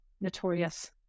notorious